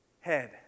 head